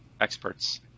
experts